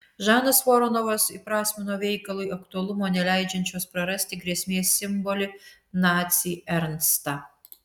žanas voronovas įprasmino veikalui aktualumo neleidžiančios prarasti grėsmės simbolį nacį ernstą